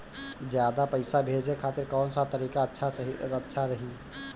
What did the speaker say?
ज्यादा पईसा भेजे खातिर कौन सा तरीका अच्छा रही?